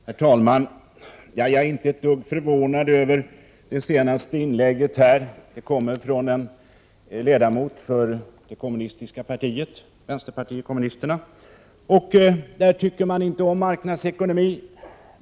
Herr talman! Jag är inte ett dugg förvånad över det senaste inlägget här. Det gjordes av en ledamot från vänsterpartiet kommunisterna. Där tycker man inte om marknadsekonomi.